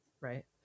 right